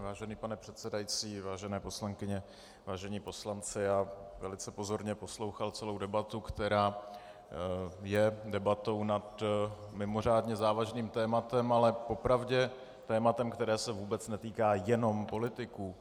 Vážený pane předsedající, vážené poslankyně, vážení poslanci, velice pozorně jsem poslouchal celou debatu, která je debatou nad mimořádně závažným tématem, ale po pravdě tématem, které se vůbec netýká jenom politiků.